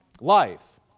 life